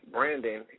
Brandon